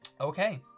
Okay